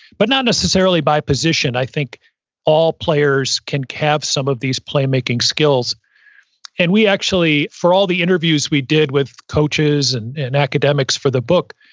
but not necessarily by position. i think all players can can have some of these playmaking skills and we actually, for all the interviews we did with coaches and and academics for the book,